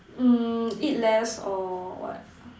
mm eat less or what